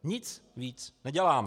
Nic víc neděláme.